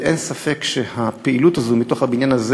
ואין ספק שהפעילות הזאת מתוך הבניין הזה